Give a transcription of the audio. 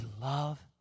love